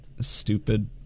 stupid